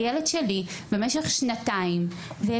הילד שלי במשך שנתיים --- (אומרת דברים בשפת הסימנים,